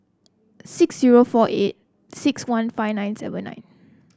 six zero four eight six one five nine seven nine